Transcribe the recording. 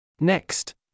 Next